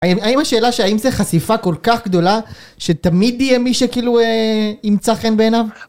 האם השאלה, שהאם זו חשיפה כל כך גדולה? שתמיד יהיה מי שכאילו, ימצא חן בעיניו?